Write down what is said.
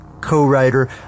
co-writer